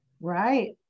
Right